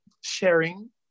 sharing